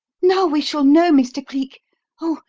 now we shall know, mr. cleek oh,